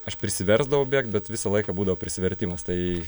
aš prisiversdavau bėgt bet visą laiką būdavo prisivertimas tai